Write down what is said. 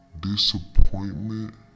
disappointment